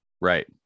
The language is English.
Right